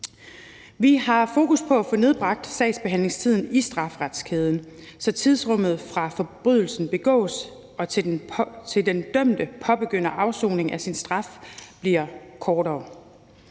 Vi har fokus på at få nedbragt sagsbehandlingstiden i strafferetskæden, så tidsrummet, fra forbrydelsen begås, til den dømte påbegynder afsoning af sin straf, bliver kortere.